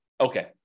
okay